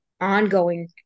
ongoing